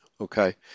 Okay